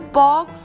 box